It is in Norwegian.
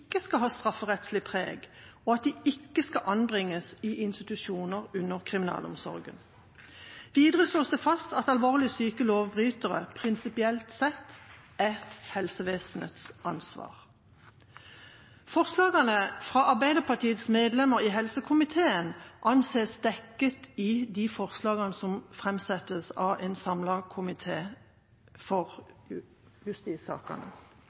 skal ha strafferettslig preg, og de skal ikke anbringes i institusjoner under kriminalomsorgen. Videre slås det fast at alvorlig syke lovbrytere prinsipielt sett er helsevesenets ansvar. Forslagene fra Arbeiderpartiets medlemmer i helsekomiteen anses dekket i de forslagene til vedtak som framsettes av en samlet komité for